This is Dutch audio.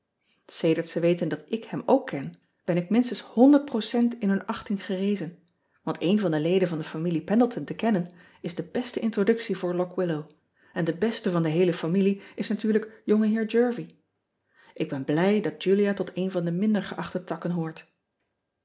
edert ze weten dat ik hem ook ken ben ik minstens in hun achting gerezen want een van de leden van de familie endleton te kennen is de beste introductie voor ock illow en de beste van de heele familie is natuurlijk ongeheer ervie k ben blij dat ulia tot een van de minder geachte takken hoort